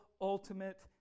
ultimate